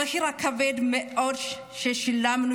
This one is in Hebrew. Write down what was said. המחיר הכבד מאוד ששילמנו,